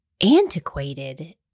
antiquated